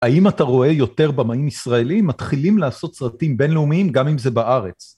האם אתה רואה יותר במאים ישראלים, מתחילים לעשות סרטים בינלאומיים גם אם זה בארץ.